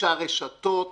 שהרשתות